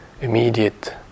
immediate